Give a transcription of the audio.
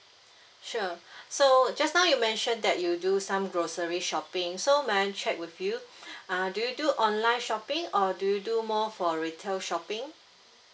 sure so just now you mentioned that you do some grocery shopping so may I check with you err do you do online shopping or do you do more for retail shopping